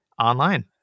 online